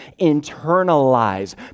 internalize